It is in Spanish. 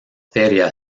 feria